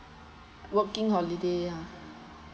working holiday ya